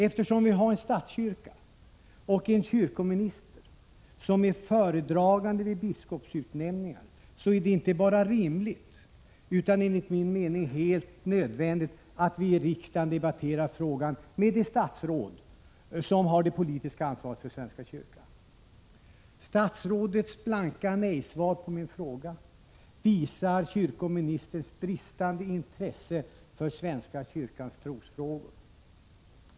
Eftersom vi har en statskyrka och en kyrkominister som är föredragande vid biskopsutnämningar, är det inte bara rimligt utan enligt min mening helt nödvändigt att vi i riksdagen debatterar frågan med det statsråd som har det 83 politiska ansvaret för svenska kyrkan. Att statsrådet svarar blankt nej på min fråga visar kyrkoministerns brist på intresse för svenska kyrkans trosfrågor.